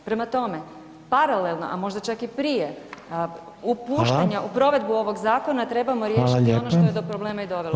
Prema tome, paralelno, a možda čak i prije upuštanja u provedbu ovog zakona [[Upadica: Hvala.]] trebamo riješiti ono [[Upadica: Hvala lijepa.]] što je do problema i dovelo.